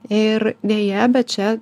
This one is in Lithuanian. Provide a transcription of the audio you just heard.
ir deja bet čia